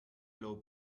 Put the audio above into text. low